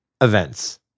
events